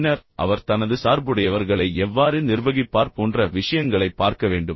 பின்னர் அவர் தனது சார்புடையவர்களை எவ்வாறு நிர்வகிப்பார் போன்ற விஷயங்களைப் பார்க்க வேண்டும்